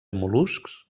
mol·luscs